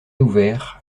ouvert